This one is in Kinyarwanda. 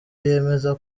yemeza